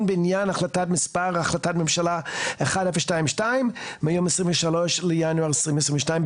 בעניין החלטה מספר 1022 של הממשלה מיום 23 בינואר 2022,